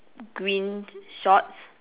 green shorts